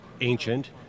ancient